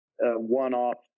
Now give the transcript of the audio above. one-off